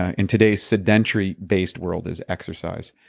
ah in today's sedentary based world is exercise.